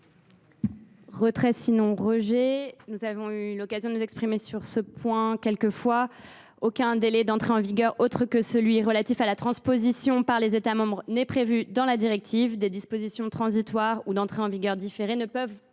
l’avis du Gouvernement ? Nous avons eu l’occasion de nous exprimer sur ce point à plusieurs reprises. Aucun délai d’entrée en vigueur autre que celui qui est relatif à la transposition par les États membres n’est prévu dans la directive. Des dispositions transitoires ou d’entrée en vigueur différée ne peuvent